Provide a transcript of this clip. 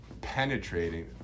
penetrating